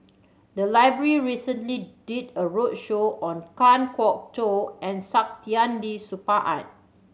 the library recently did a roadshow on Kan Kwok Toh and Saktiandi Supaat